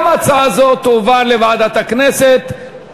גם הצעה זו תועבר לוועדת הכנסת,